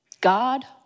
God